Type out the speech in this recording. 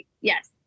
yes